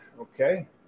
okay